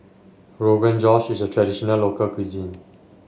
Rogan Josh is a traditional local cuisine